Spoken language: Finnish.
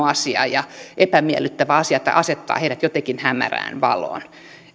asia ja epämiellyttävä asia tai asettaa heidät jotenkin hämärään valoon